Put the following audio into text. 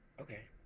Okay